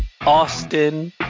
Austin